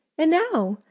and now,